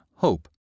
Hope